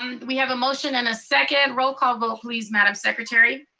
and we have a motion and a second, roll call vote please, madam secretary.